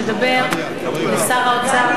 לדבר עם שר האוצר,